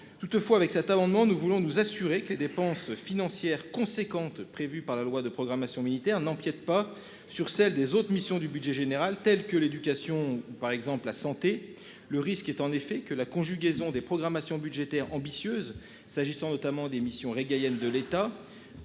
toutefois avec cet amendement, nous voulons nous assurer que les dépenses financières conséquentes prévues par la loi de programmation militaire n'empiète pas sur celle des autres missions du budget général tels que l'éducation par exemple la santé, le risque est en effet que la conjugaison des programmations budgétaires ambitieuses s'agissant notamment des missions régaliennes de l'État.